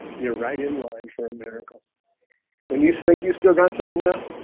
you're right in line for a miracle when you think you've still got something